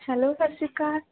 hello ਸਤਿ ਸ਼੍ਰੀ ਅਕਾਲ